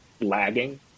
lagging